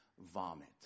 vomit